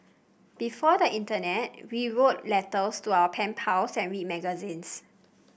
before the internet we wrote letters to our pen pals and read magazines